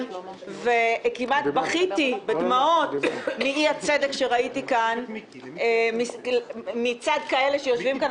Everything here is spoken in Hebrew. וכמעט בכיתי בדמעות מהאי-צדק שראיתי כאן מצד כאלה שיושבים כאן